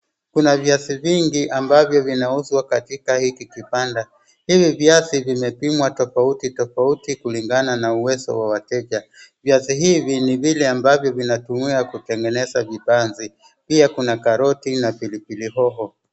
Kuna viazi vingi ambavyo vinauzwa katika hiki kibanda, hivi viazi vimepimwa tofauti tofauti kulingana na uwezo wa wateja. Viazi hivi ni ambavyo vinatumika kutengeneza mbaazi, pia kuna karoti na pilipili hoho.